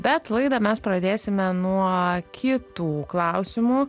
bet laidą mes pradėsime nuo kitų klausimų